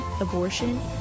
abortion